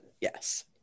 yes